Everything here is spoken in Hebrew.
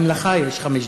גם לך יש חמש דקות.